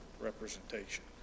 representation